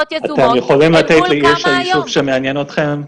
אל מול כמה היום.